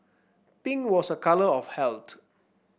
pink was a colour of health